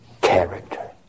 character